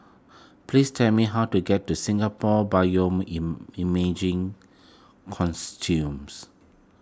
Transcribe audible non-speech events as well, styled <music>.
please tell me how to get to Singapore <unintelligible> Consortiums